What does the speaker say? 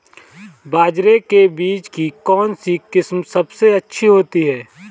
बाजरे के बीज की कौनसी किस्म सबसे अच्छी होती है?